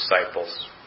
disciples